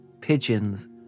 Pigeons